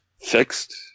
fixed